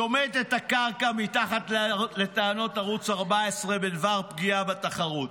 שומט את הקרקע מתחת לטענות ערוץ 14 בדבר פגיעה בתחרות.